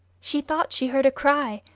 she thought she heard a cry,